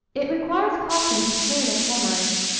it requires caution to train a cormorant,